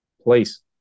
Please